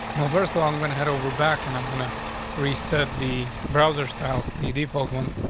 no verse along going head over back, and i'm gonna reset the browser styles, the default ones,